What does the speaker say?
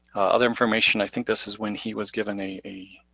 other information, i think this was when he was given a a